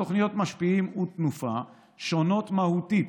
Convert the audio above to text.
התוכניות "משפיעים" ו"תנופה" שונות מהותית,